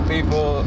people